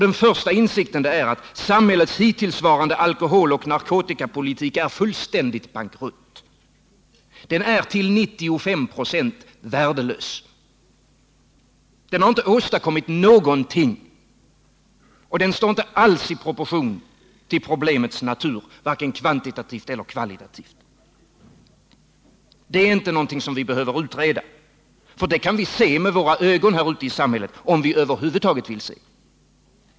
Den första insikten är att samhällets hittillsvarande alkoholoch narkotikapolitik är fullständigt bankrutt. Den är till 95 96 värdelös. Den har inte åstadkommit någonting, och den står inte alls i proportion till problemets natur, varken kvantitativt eller kvalitativt. Det är ingenting som vi behöver utreda, för det kan vi se med våra ögon, om vi över huvud taget vill se.